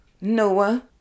Noah